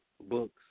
books